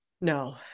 no